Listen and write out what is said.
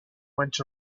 went